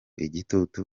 igitutu